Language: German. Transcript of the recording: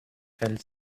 fällt